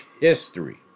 history